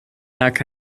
back